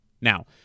now